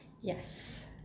yes